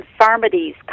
infirmities